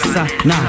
Nah